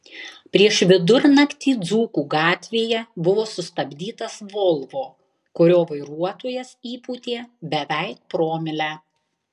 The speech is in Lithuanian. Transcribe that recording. prieš vidurnaktį dzūkų gatvėje buvo sustabdytas volvo kurio vairuotojas įpūtė beveik promilę